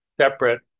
separate